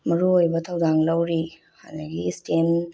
ꯃꯔꯨ ꯑꯣꯏꯕ ꯊꯧꯗꯥꯡ ꯂꯧꯔꯤ ꯑꯗꯒꯤ ꯏꯁꯇꯦꯝ